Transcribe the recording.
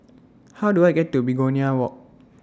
How Do I get to Begonia Walk